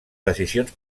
decisions